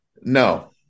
No